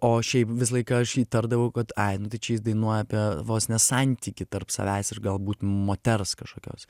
o šiaip visą laiką aš įtardavau kad ai nu tai čia jis dainuoja apie vos ne santykį tarp savęs ir galbūt moters kažkokios